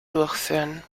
durchführen